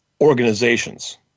organizations